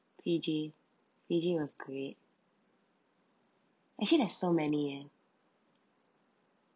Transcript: fiji fiji was great actually there's so many eh